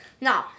No